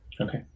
Okay